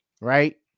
right